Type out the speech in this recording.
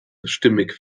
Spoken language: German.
stimmig